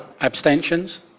abstentions